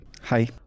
Hi